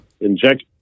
inject